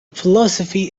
philosophy